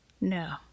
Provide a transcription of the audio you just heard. no